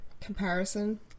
Comparison